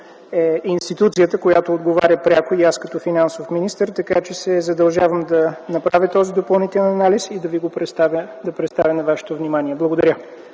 институцията, която отговаря пряко, и аз – като финансов министър. Така че се задължавам да направя този допълнителен анализ и да го предоставя на Вашето внимание. Благодаря.